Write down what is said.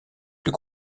plus